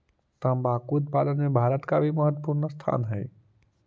तंबाकू उत्पादन में भारत का भी महत्वपूर्ण स्थान हई